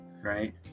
right